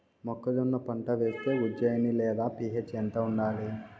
మొక్కజొన్న పంట వేస్తే ఉజ్జయని లేదా పి.హెచ్ ఎంత ఉండాలి?